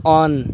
on